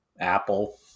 Apple